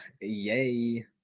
yay